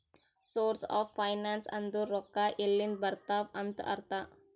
source of finance ಅಂದುರ್ ರೊಕ್ಕಾ ಎಲ್ಲಿಂದ್ ಬರ್ತಾವ್ ಅಂತ್ ಅರ್ಥ